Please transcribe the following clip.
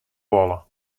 wolle